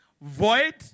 void